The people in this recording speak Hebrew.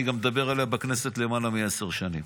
אני גם מדבר עליה בכנסת למעלה מעשר שנים,